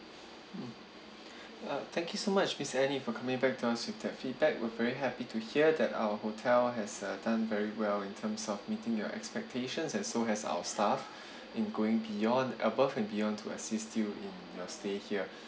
mm uh thank you so much miss annie for coming back to us with the feedback we're very happy to hear that our hotel has uh done very well in terms of meeting your expectations and so has our staff in going beyond above and beyond to assist you in your stay here